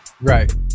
Right